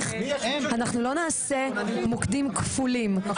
מיידי --- יש להם כוננים עם רכבי חירום.